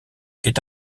est